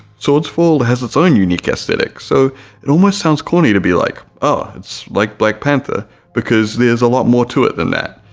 swordsfall has its own unique aesthetic so it almost sounds corny to be like oh it's like black panther because there's a lot more to it than that,